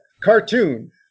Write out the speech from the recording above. Cartoon